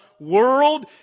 world